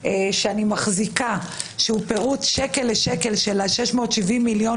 אני לא בטוח שצריך מועד.